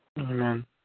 Amen